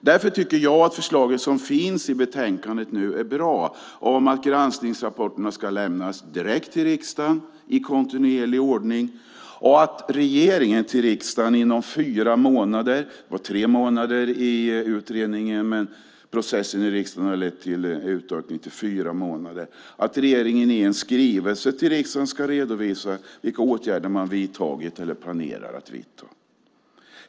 Därför tycker jag att förslaget som finns i betänkandet nu är bra, att granskningsrapporterna ska lämnas direkt till riksdagen i kontinuerlig ordning och att regeringen till riksdagen inom fyra månader - det var tre månader i utredningsförslaget, men processen i riksdagen har lett till en utökning till fyra månader - i en skrivelse ska redovisa vilka åtgärder man har vidtagit eller planerar att vidta.